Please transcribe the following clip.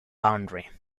boundary